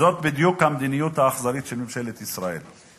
זאת בדיוק המדיניות האכזרית של ממשלת ישראל.